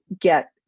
get